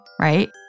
right